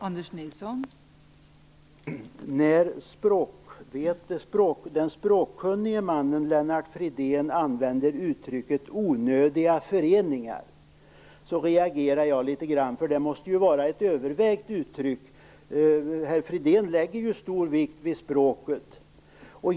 Fru talman! När den språkkunnige mannen Lennart Fridén använder uttrycket onödiga föreningar reagerar jag litet grand. Det måste vara ett övervägt uttryck, eftersom herr Fridén lägger stor vikt vid språket.